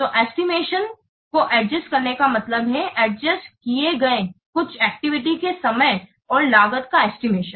तो एस्टिमेशन को एडजस्ट करने का मतलब है एडजस्ट किए गए कुछ एक्टिविटी के समय और लागत का एस्टिमेशन